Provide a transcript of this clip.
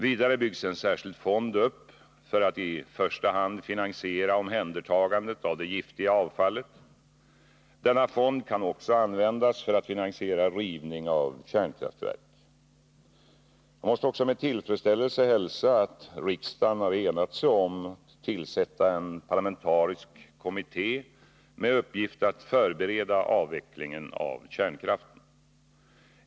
Vidare byggs en särskild fond upp för att i första hand finansiera omhändertagandet av det giftiga avfallet. Denna fond kan också användas för att finansiera rivning av kärnkraftverk. Jag måste också med tillfredsställelse hälsa att riksdagen har enat sig om att tillsätta en parlamentarisk kommitté med uppgift att förbereda avvecklingen av kärnkraften.